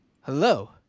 Hello